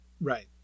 Right